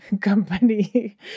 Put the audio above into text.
company